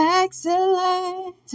excellent